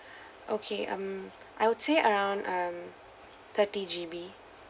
okay um I would say around um thirty G_B